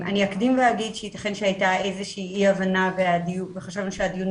אני אקדים ואומר שייתכן שהייתה איזושהי אי-הבנה וחשבנו שהדיון